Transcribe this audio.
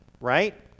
right